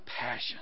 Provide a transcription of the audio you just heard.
passion